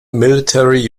military